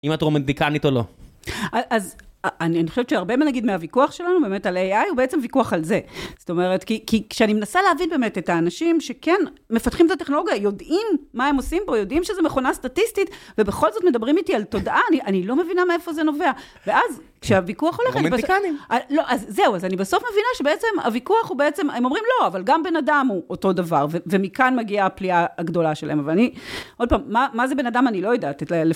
אם את רומנטיקנית או לא. אז אני חושבת שהרבה, נגיד, מהוויכוח שלנו באמת על AI הוא בעצם ויכוח על זה. זאת אומרת, כי כשאני מנסה להבין באמת את האנשים שכן מפתחים את הטכנולוגיה, יודעים מה הם עושים פה, יודעים שזו מכונה סטטיסטית, ובכל זאת מדברים איתי על תודעה, אני לא מבינה מאיפה זה נובע. ואז כשהוויכוח הולך... רומנטיקנים. לא, אז זהו, אז אני בסוף מבינה שבעצם הוויכוח הוא בעצם, הם אומרים לא, אבל גם בן אדם הוא אותו דבר, ומכאן מגיעה הפליאה הגדולה שלהם. ואני, עוד פעם, מה זה בן אדם אני לא יודעת.